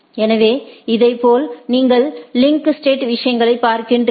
எனவே இதேபோல் நீங்கள் லிங்க் ஸ்டேட்விஷயங்களைப் பார்க்கிறீர்கள்